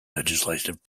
legislative